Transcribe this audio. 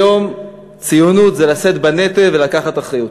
היום ציונות זה לשאת בנטל ולקחת אחריות.